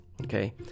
Okay